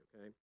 okay